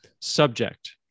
subject